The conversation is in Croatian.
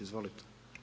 Izvolite.